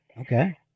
Okay